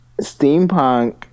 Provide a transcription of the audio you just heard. steampunk